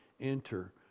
enter